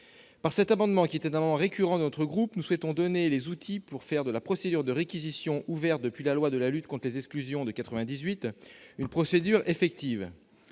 en dix ans. Par cet amendement récurrent, notre groupe souhaite donner les outils pour faire de la procédure de réquisition, ouverte depuis la loi de lutte contre les exclusions de 1998, une procédure effective.